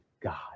God